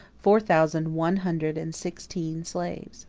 four thousand one hundred and sixteen slaves